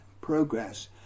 progress